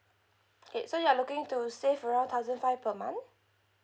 okay so you're looking to save around thousand five per month